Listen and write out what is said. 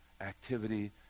activity